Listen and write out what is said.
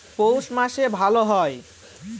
পৌষ মাসে ভালো হয়?